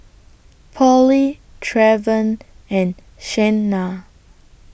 Polly Trevon and Shanna